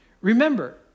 Remember